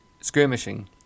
skirmishing